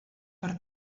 per